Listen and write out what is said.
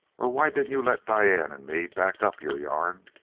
or why didn't you let diane and me back up your yarn?